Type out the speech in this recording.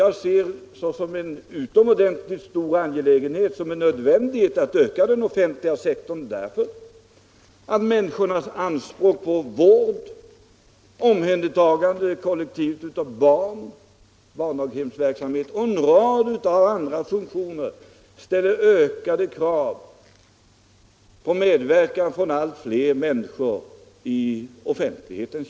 Jag ser det som en utomordentligt viktig angelägenhet, ja som en nödvändighet, att öka den offentliga sektorn därför att människornas anspråk på vård, kollektivt omhändertagande av barn genom daghemsverksamhet och en rad andra funktioner ställer ökade krav på medverkan från allt fler människor i offentlig tjänst.